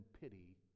pity